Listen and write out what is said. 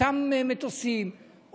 אותם מטוסים,